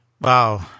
Wow